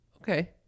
Okay